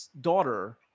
daughter